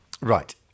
Right